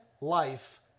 life